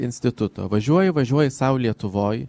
instituto važiuoji važiuoji sau lietuvoj